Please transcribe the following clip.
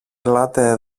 ελάτε